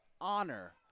honor